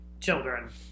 children